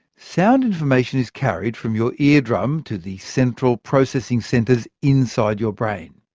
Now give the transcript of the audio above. sound information is carried from your eardrum to the central processing centres inside your brain.